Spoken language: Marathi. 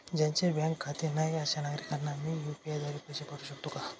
ज्यांचे बँकेत खाते नाही अशा नागरीकांना मी यू.पी.आय द्वारे पैसे पाठवू शकतो का?